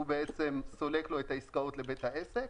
הוא בעצם סולק לו את העסקאות לבית העסק.